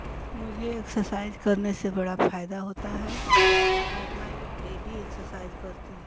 मुझे एक्सरसाइज करने से बड़ा फायदा होता है और मैं डेली एक्सरसाइज करती हूँ